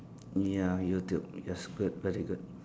ya YouTube yes good very good